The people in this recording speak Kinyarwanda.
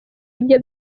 ibyo